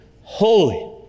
holy